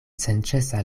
senĉesa